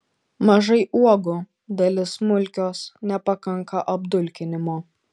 mažai uogų dalis smulkios nepakanka apdulkinimo